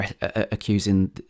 accusing